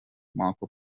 marco